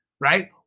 right